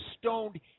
stoned